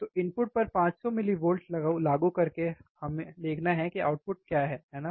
तो इनपुट पर 500 मिलीवोल्ट लागू करके हमें देखना है कि आउटपुट क्या है है ना